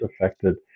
affected